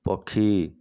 ପକ୍ଷୀ